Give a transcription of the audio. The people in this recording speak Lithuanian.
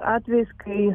atvejis kai